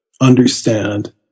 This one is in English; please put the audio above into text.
understand